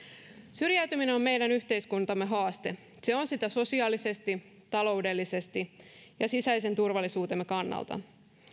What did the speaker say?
syrjäytyminen on meidän yhteiskuntamme haaste se on sitä sosiaalisesti taloudellisesti ja sisäisen turvallisuutemme kannalta